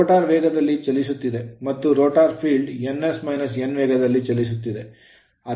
rotor rotor ವೇಗದಲ್ಲಿ ಚಲಿಸುತ್ತಿದೆ ಮತ್ತು ರೋಟರ್ ಫೀಲ್ಡ್ ns - n ವೇಗದಲ್ಲಿ ಚಲಿಸುತ್ತಿದೆ